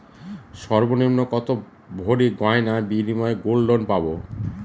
সর্বনিম্ন কত ভরি গয়নার বিনিময়ে গোল্ড লোন পাব?